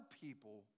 people